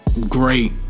great